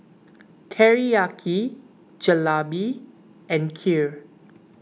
Teriyaki Jalebi and Kheer